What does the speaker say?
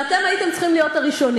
ואתם הייתם צריכים להיות הראשונים,